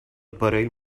parell